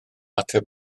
ateb